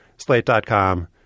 Slate.com